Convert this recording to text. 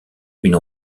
une